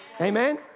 Amen